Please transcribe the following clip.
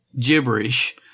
gibberish